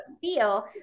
feel